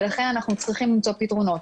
ולכן אנחנו צריכים למצוא פתרונות.